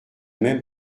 même